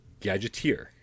Gadgeteer